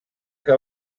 que